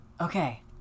okay